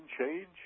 change